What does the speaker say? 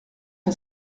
est